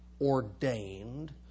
ordained